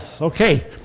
Okay